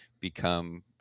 become